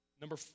Number